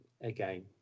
again